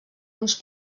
uns